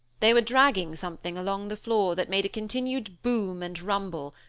they were dragging something along the floor that made a continued boom and rumble,